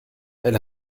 elle